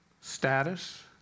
status